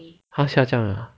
下降了啊